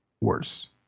worse